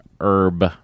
herb